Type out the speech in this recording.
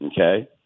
okay